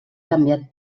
canviat